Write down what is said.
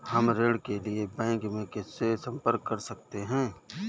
हम ऋण के लिए बैंक में किससे संपर्क कर सकते हैं?